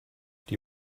die